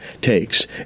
takes